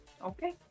Okay